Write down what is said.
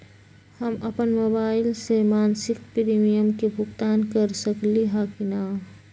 हम अपन मोबाइल से मासिक प्रीमियम के भुगतान कर सकली ह की न?